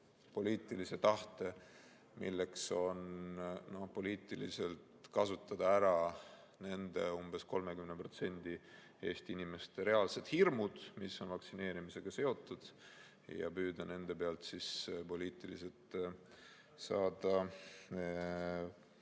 poliitilise tahte, milleks on poliitiliselt ära kasutada nende umbes 30% Eesti inimeste reaalsed hirmud, mis on vaktsineerimisega seotud, ja püüda poliitiliselt saada nende